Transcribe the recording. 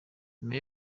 nyuma